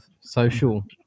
social